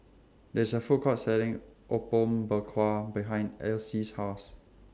There IS A Food Court Selling Apom Berkuah behind Alcie's House